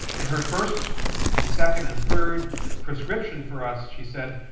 and her first and second and third prescription for us, she said,